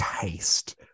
taste